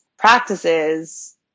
practices